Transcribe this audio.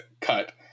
cut